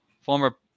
former